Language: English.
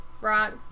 right